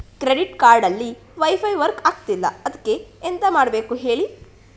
credit card ಅಲ್ಲಿ WiFi work ಆಗ್ತಿಲ್ಲ ಅದ್ಕೆ ಎಂತ ಮಾಡಬೇಕು ಹೇಳಿ